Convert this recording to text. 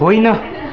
होइन